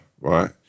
right